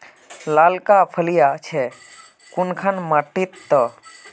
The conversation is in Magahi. लालका फलिया छै कुनखान मिट्टी त?